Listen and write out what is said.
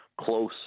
close